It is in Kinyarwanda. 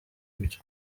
ibyo